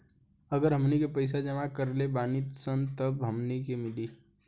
अगर हमनी के पइसा जमा करले बानी सन तब हमनी के मिली